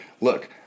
look